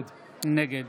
נגד